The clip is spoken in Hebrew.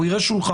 הוא יראה שולחן,